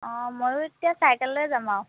অঁ ময়ো তেতিয়া চাইকেললৈ যাম আৰু